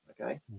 okay